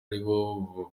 aribo